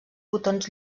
botons